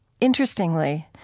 interestingly